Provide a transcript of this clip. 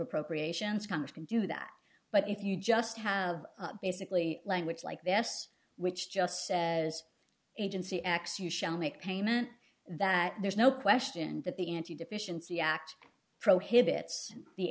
appropriations congress can do that but if you just have basically language like the ass which just says agency x you shall make payment that there's no question that the n t deficiency act prohibits the